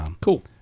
Cool